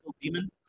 demon